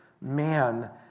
man